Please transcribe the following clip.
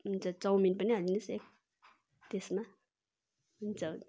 हुन्छ चाउमिन पनि हाल्दिनु होस् एक त्यसमा हुन्छ